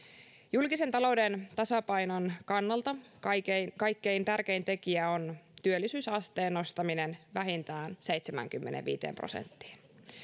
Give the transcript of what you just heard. julkisen talouden tasapainon kannalta kaikkein kaikkein tärkein tekijä on työllisyysasteen nostaminen vähintään seitsemäänkymmeneenviiteen prosenttiin